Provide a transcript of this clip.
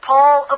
Paul